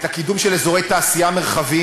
את הקידום של אזורי תעשייה מרחביים,